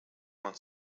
man